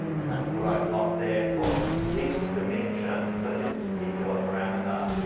and that's what i've got there for this dimension. so, this particular parameter.